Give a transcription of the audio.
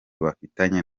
bafatanyije